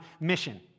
mission